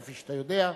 כפי שאתה יודע,